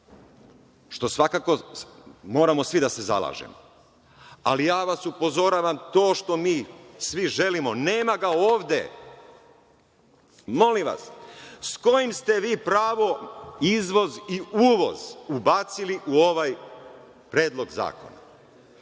što svakako moramo svi da se zalažemo. Ali, ja vas upozoravam, to što mi svi želimo, nema ga ovde. Molim vas, s kojim ste vi pravom izvoz i uvoz ubacili u ovaj predlog zakona?